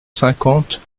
cinquante